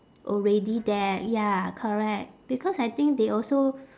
already there ya correct because I think they also